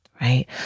Right